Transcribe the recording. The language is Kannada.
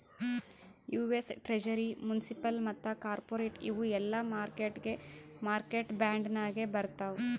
ಯು.ಎಸ್ ಟ್ರೆಷರಿ, ಮುನ್ಸಿಪಲ್ ಮತ್ತ ಕಾರ್ಪೊರೇಟ್ ಇವು ಎಲ್ಲಾ ಮಾರ್ಕೆಟ್ ಬಾಂಡ್ ನಾಗೆ ಬರ್ತಾವ್